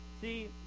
See